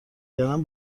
کردن